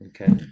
Okay